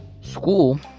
school